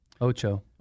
Ocho